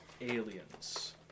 aliens